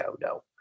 no